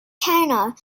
china